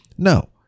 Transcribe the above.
No